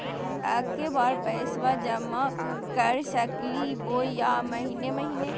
एके बार पैस्बा जमा कर सकली बोया महीने महीने?